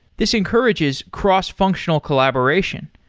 this encourages cross-functional collaboration.